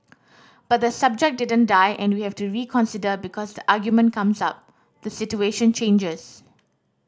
but the subject didn't die and we have to reconsider because the argument comes up the situation changes